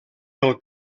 pel